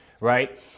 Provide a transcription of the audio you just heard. Right